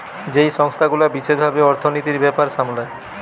যেই সংস্থা গুলা বিশেষ ভাবে অর্থনীতির ব্যাপার সামলায়